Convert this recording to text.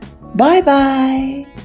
Bye-bye